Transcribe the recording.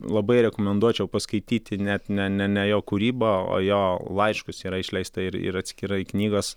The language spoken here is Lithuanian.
labai rekomenduočiau paskaityti net ne ne ne jo kūrybą o jo laiškus yra išleista ir atskirai knygos